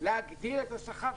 ולהגדיל את השכר.